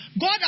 God